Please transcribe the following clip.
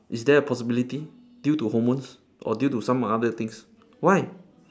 is there a possibility due to hormones or due to some other things why